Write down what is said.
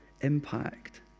impact